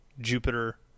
Jupiter